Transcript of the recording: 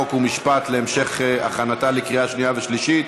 חוק ומשפט להמשך הכנתה לקריאה שנייה ושלישית.